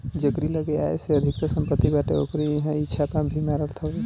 जेकरी लगे आय से अधिका सम्पत्ति बाटे ओकरी इहां इ छापा भी मारत हवे